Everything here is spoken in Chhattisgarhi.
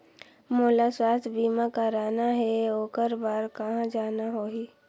मोला स्वास्थ बीमा कराना हे ओकर बार कहा जाना होही?